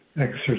exercise